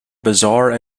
bizarre